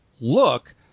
look